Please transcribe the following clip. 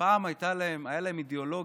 פעם הייתה להם אידיאולוגיה,